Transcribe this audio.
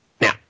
Now